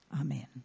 Amen